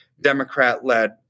Democrat-led